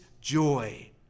joy